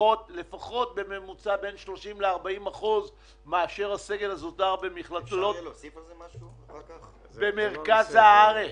בין 30% ל-40% פחות בממוצע מהסגל הזוטר במכללות במרכז הארץ.